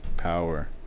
Power